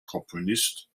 komponist